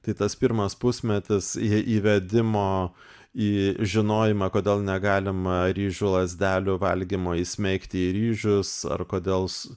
tai tas pirmas pusmetis jei įvedimo į žinojimą kodėl negalim ryžių lazdelių valgymo įsmeigti į ryžius ar kodėl